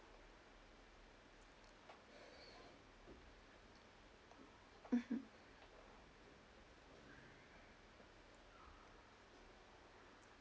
mmhmm